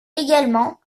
également